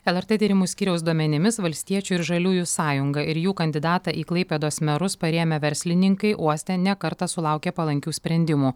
lrt tyrimų skyriaus duomenimis valstiečių ir žaliųjų sąjungą ir jų kandidatą į klaipėdos merus parėmę verslininkai uoste ne kartą sulaukė palankių sprendimų